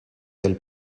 del